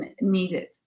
needed